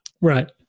Right